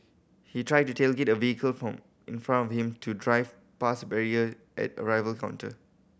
he tried to tailgate the vehicle in front of him to drive past a barrier at the arrival counter